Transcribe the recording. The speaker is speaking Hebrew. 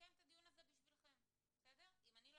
אני מקיימת את הדיון הזה בשבילכם.